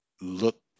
look